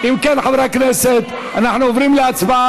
אם כן, חברי הכנסת, אנחנו עוברים להצבעה.